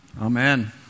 Amen